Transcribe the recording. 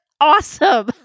Awesome